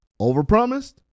overpromised